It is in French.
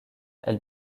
elle